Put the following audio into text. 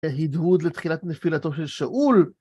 זה הדהוד לתחילת נפילתו של שאול.